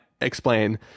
explain